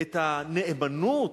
נאמנות,